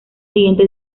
siguiente